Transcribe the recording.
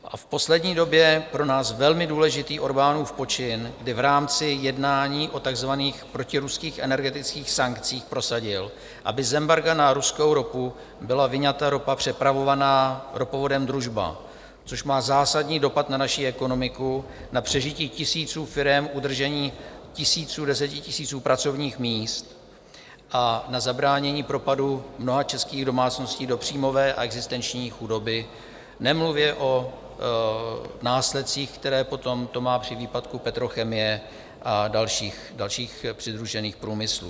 A v poslední době je pro nás velmi důležitý Orbánův počin, kdy v rámci jednání o takzvaných protiruských energetických sankcích prosadil, aby z embarga na ruskou ropu byla vyňata ropa přepravovaná ropovodem Družba, což má zásadní dopad na naši ekonomiku, na přežití tisíců firem, udržení tisíců, desetitisíců pracovních míst a na zabránění propadu mnoha českých domácností do příjmové a existenční chudoby, nemluvě o následcích, které potom to má při výpadku petrochemie a dalších přidružených průmyslů.